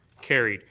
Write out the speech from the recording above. carried.